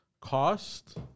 Cost